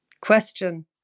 Question